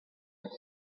have